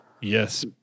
Yes